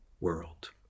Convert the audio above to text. world